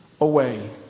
away